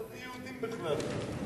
אין יהודים בכלל.